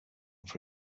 from